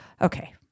Okay